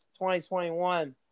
2021